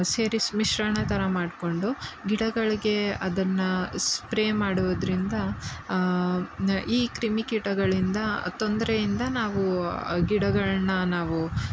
ಸೇರಿಸಿ ಮಿಶ್ರಣ ಥರ ಮಾಡಿಕೊಂಡು ಗಿಡಗಳಿಗೆ ಅದನ್ನು ಸ್ಪ್ರೇ ಮಾಡುವುದರಿಂದ ಈ ಕ್ರಿಮಿಕೀಟಗಳಿಂದ ತೊಂದರೆಯಿಂದ ನಾವು ಗಿಡಗಳನ್ನ ನಾವು